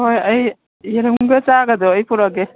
ꯍꯣꯏ ꯑꯩ ꯌꯦꯔꯨꯝꯒ ꯆꯥꯒꯗꯣ ꯑꯩ ꯄꯨꯔꯛꯑꯒꯦ